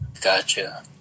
gotcha